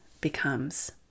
becomes